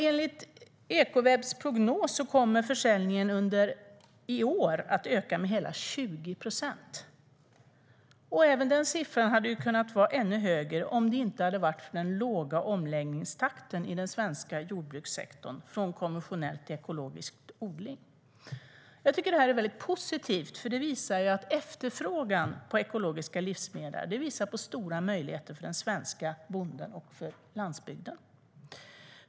Enligt Ekowebs prognos kommer försäljningen i år att öka med hela 20 procent. Den siffran hade kunnat vara ännu högre, om det inte hade varit för den låga omläggningstakten i den svenska jordbrukssektorn från konventionell till ekologisk odling. Jag tycker att det är positivt, för det visar på en efterfrågan på ekologiska livsmedel och stora möjligheter för den svenska bonden och för landsbygden.